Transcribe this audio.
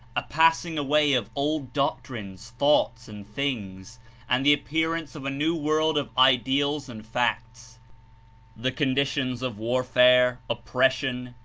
a passing away of old doctrines, thoughts and things and the appearance of a new world of ideals and facts the conditions of warfare, oppression,